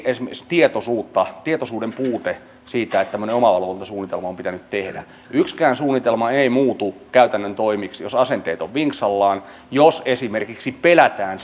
esimerkiksi tietoisuuden puute siitä että tämmöinen omavalvontasuunnitelma on pitänyt tehdä yksikään suunnitelma ei muutu käytännön toimiksi jos asenteet ovat vinksallaan jos esimerkiksi pelätään